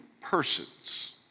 persons